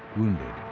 wounded,